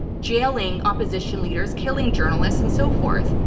jailing opposition leaders, killing journalists, and so forth.